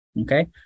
Okay